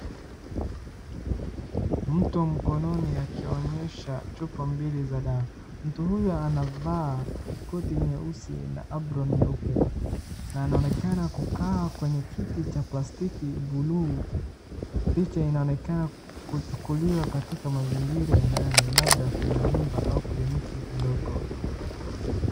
Mtu mkononi akionyesha chupa mbili za dawa, mtu huyu anavaa koti nyeusi na apron nyeupe, na anaoneknana kukaa kwenye kiti cha plastiki blue picha inaonekana kuchukuliwa katika mazingira ya ndani labda kwenye nyumba au kliniki ndogo.